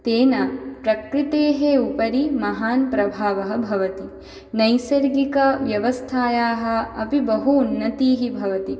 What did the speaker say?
तेन प्रकृतेः उपरि महान् प्रभावः भवति नैसर्गिकव्यवस्थायाः अपि बहु उन्नतिः भवति